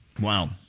Wow